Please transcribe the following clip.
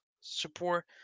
support